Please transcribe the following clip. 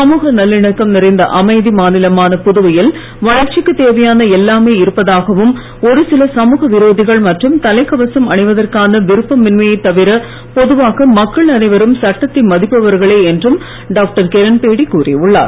சமூக நல்லிணக்கம் நிறைந்த அமைதி மாநிலமான புதுவையில் வளர்ச்சிக்கு தேவையான எல்லாமே இருப்பதாகவும் ஒரு சில சமூக விரோதிகள் மற்றும் தலைகவசம் அணிவதற்கான விருப்பமின்மையைத் தவிர பொதுவாக மக்கள் அனைவரும் சட்டத்தை மதிப்பவர்களே என்றும் டாக்டர் கிரண்பேடி கூறியுள்ளார்